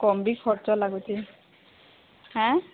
କମ୍ ବି ଖର୍ଚ୍ଚ ଲାଗୁଚି ହେଁ